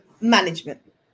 management